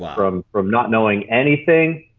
from from not knowing anything,